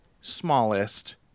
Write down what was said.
smallest